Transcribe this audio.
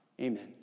Amen